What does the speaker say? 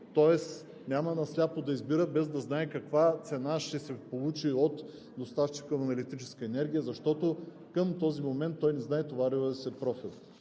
тоест няма на сляпо да избира, без да знае каква цена ще се получи от доставчика му на електрическа енергия, защото към този момент той не знае товаровия си профил.